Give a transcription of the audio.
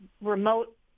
remote